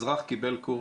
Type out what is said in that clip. אזרח קיבל קורס,